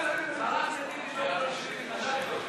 התשע"ח 2018 לוועדה שתקבע ועדת הכנסת נתקבלה.